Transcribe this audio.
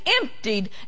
emptied